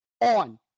on